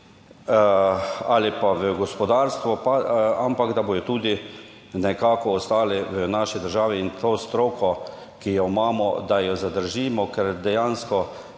ali pa v gospodarstvo, ampak da bodo tudi nekako ostali v naši državi in to stroko, ki jo imamo, da jo zadržimo, ker dejansko